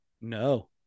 No